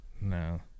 No